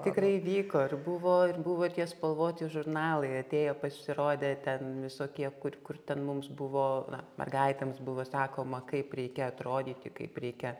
tikrai vyko ir buvo ir buvo tie spalvoti žurnalai atėjo pasirodė ten visokie kur kur ten mums buvo mergaitėms buvo sakoma kaip reikia atrodyti kaip reikia